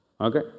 Okay